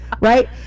right